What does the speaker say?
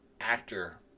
actor